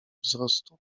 wzrostu